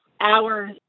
hours